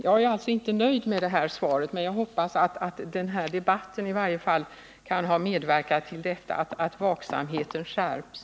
Jag är alltså inte nöjd med det här svaret men hoppas att debatten kan ha medverkat till att vaksamheten skärps.